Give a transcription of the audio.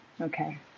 Okay